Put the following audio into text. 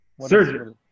Surgery